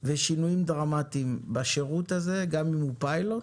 ושינויים דרמטיים בשירות הזה, גם אם הוא פיילוט,